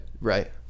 Right